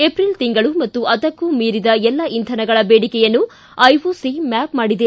April ತಿಂಗಳು ಮತ್ತು ಅದಕ್ನೂ ಮೀರಿದ ಎಲ್ಲ ಇಂಧನಗಳ ಬೇಡಿಕೆಯನ್ನು ಐಒಸಿ ಮ್ಯಾಪ್ ಮಾಡಿದೆ